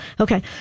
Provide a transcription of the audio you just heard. Okay